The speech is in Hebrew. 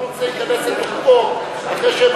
מסכימה שהחוק הזה ייכנס לתוקפו אחרי שהם